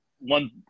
one